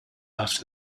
after